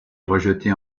rejeté